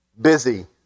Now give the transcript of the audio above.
Busy